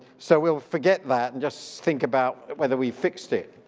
so we'll forget that and just think about whether we fixed it.